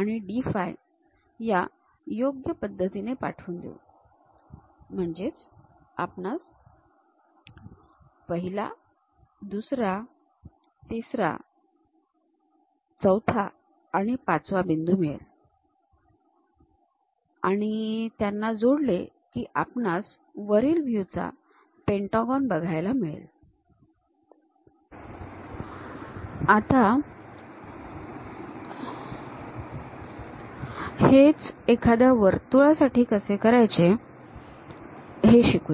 आणि D 5 या योग्य पद्धतीने पाठवून देऊ म्हणजेच आपणास पहिला दुसरा तिसरा चौथा आणि पाचवा बिंदू मिळेल आणि त्यांना जोडले की आपणास वरील व्ह्यू चा पेन्टॅगॉन बघायला मिळेल आता हेच एखाद्या वर्तुळासाठी कसे करायचे हे शिकूया